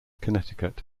connecticut